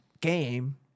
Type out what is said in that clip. game